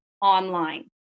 online